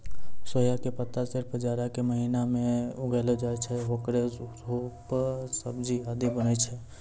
सोया के पत्ता सिर्फ जाड़ा के महीना मॅ उगैलो जाय छै, हेकरो सूप, सब्जी आदि बनै छै